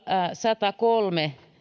satakolme ja